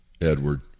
Edward